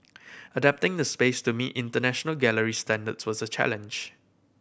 adapting the space to meet international gallery standards was a challenge